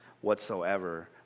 whatsoever